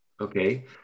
Okay